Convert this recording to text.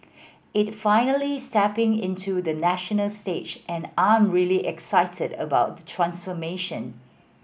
it finally stepping into the national stage and I'm really excited about the transformation